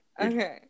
Okay